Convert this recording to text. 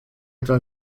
etwa